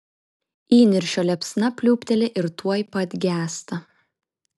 įniršio liepsna pliūpteli ir tuoj pat gęsta